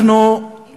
אני יודע שהתקדמתם.